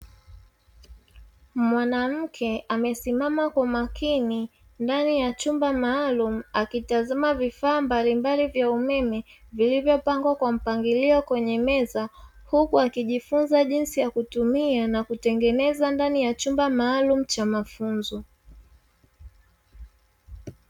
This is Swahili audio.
Mwanamke amesimama kwa makini ndani ya chumba maalumu, akitazama vifaa mbalimbali vya umeme vilivyopangwa kwa mpangilio kwenye meza, huku akijifunza jinsi ya kutumia na kutengeneza ndani ya chumba maalumu cha mafunzo.